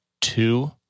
two